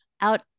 out